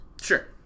Sure